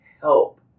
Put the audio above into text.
help